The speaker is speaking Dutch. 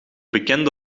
bekende